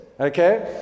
Okay